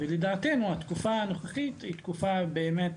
לדעתנו, התקופה הנוכחית היא תקופה באמת